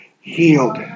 healed